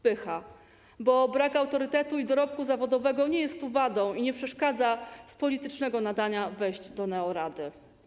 Pycha - bo brak autorytetu i dorobku zawodowego nie jest tu wadą i nie przeszkadza z politycznego nadania wejść do neorady.